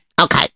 Okay